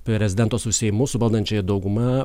prezidento su seimu su valdančiąja dauguma